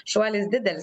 šuolis didelis